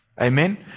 Amen